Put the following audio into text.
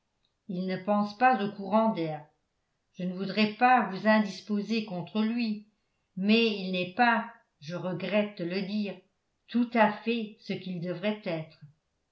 il ne pense pas aux courants d'air je ne voudrais pas vous indisposer contre lui mais il n'est pas je regrette de le dire tout à fait ce qu'il devrait être